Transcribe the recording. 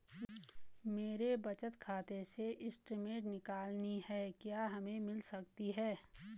मेरे बचत खाते से स्टेटमेंट निकालनी है क्या हमें मिल सकती है?